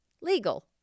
legal